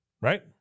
Right